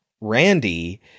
Randy